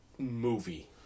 Movie